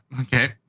Okay